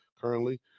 currently